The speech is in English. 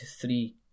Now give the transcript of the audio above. three